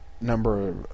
number